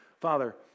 Father